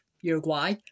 Uruguay